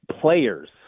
players